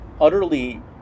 utterly